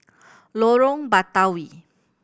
Lorong Batawi